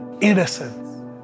innocence